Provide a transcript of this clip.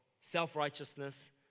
self-righteousness